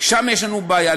שם יש לנו בעיה.